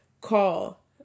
Call